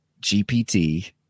GPT